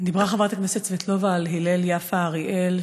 דיברה חברת הכנסת סבטלובה על הלל יפה אריאל,